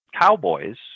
Cowboys